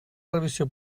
revisió